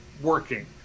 working